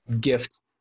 gift